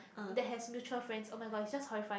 that has mutual friends oh-my-god it's just horrifying